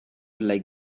like